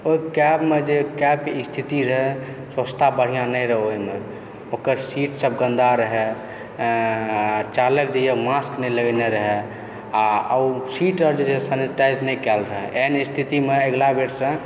ओहि कैबमे जे कैबके स्थिति रहै से ओते बढ़िआँ नहि रहै ओहिमे ओकर सीट सब गन्दा रहै चालक जे यऽ मास्क नहि लगौने रहै आओर ओ सीट आर जे सेनेटाइजर नहि कयल रहै ओहन स्थितिमे अगिला बेरसँ